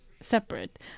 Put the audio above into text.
separate